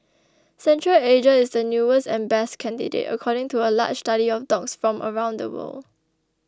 Central Asia is the newest and best candidate according to a large study of dogs from around the world